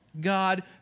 God